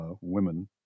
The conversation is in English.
women